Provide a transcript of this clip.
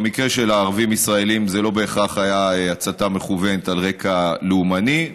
במקרה של ערבים ישראלים זה לא בהכרח היה הצתה מכוונת על רקע לאומני.